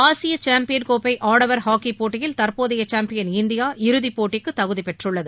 Asia champion கோப்பை ஆடவர் ஹாக்கிப் போட்டியில் தற்போதைய சாம்பியன் இந்தியா இறுதிப்போட்டிக்கு தகுதி பெற்றுள்ளது